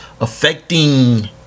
affecting